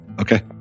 Okay